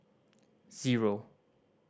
zero